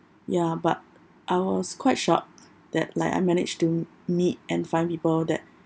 ya but I was quite shocked that like I managed to meet and find people that